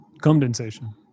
Condensation